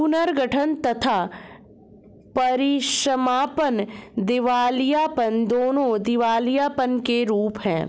पुनर्गठन तथा परीसमापन दिवालियापन, दोनों दिवालियापन के रूप हैं